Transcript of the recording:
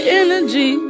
energy